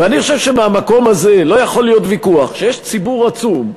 ואני חושב שמהמקום הזה לא יכול להיות ויכוח שיש ציבור עצום,